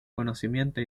conocimiento